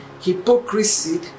hypocrisy